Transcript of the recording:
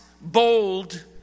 bold